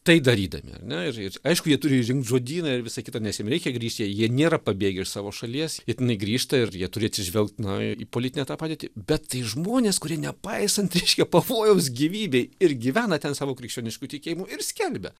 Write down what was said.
tai darydami ar ne ir ir aišku jie turi rinkt žodyną ir visa kita nes jiem reikia grįžt jie jie nėra pabėgę iš savo šalies jei tenai grįžta ir jie turi atsižvelgt na į politinę tą padėtį bet tai žmonės kurie nepaisant reiškia pavojaus gyvybei ir gyvena ten savo krikščionišku tikėjimu ir skelbia